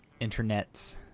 internets